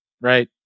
right